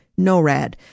NORAD